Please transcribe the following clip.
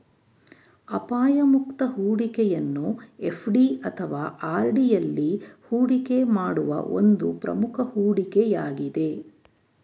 ಅಪಾಯ ಮುಕ್ತ ಹೂಡಿಕೆಯನ್ನು ಎಫ್.ಡಿ ಅಥವಾ ಆರ್.ಡಿ ಎಲ್ಲಿ ಹೂಡಿಕೆ ಮಾಡುವ ಒಂದು ಪ್ರಮುಖ ಹೂಡಿಕೆ ಯಾಗಿದೆ